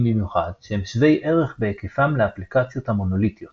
במיוחד שהם שווי ערך בהיקפם לאפליקציות המונוליטיות